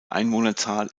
einwohnerzahl